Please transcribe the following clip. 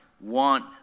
want